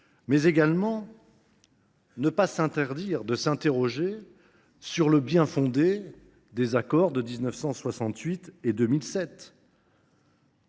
il ne faut pas s’interdire de s’interroger sur le bien fondé des accords de 1968 et de 2007.